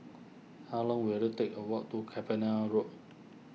how long will it take a walk to Cavenagh Road